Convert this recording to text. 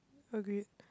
agree